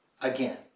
Again